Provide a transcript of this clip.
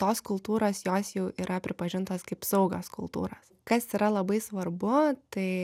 tos kultūros jos jau yra pripažintos kaip saugios kultūros kas yra labai svarbu tai